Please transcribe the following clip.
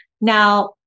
Now